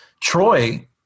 Troy